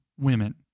women